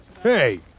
Hey